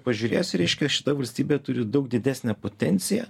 pažiūrėsi reiškia šita valstybė turi daug didesnę potenciją